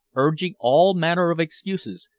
urging all manner of excuses,